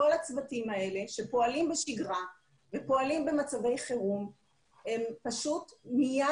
כל הצוותים האלה שפועלים בשגרה ופועלים במצבי חירום הם פשוט מיד